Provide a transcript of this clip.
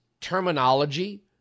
terminology